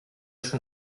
schon